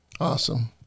awesome